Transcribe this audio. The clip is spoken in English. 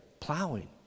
plowing